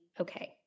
okay